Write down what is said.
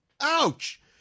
ouch